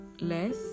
less